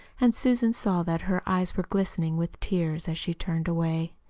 and susan saw that her eyes were glistening with tears as she turned away.